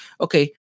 Okay